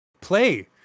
play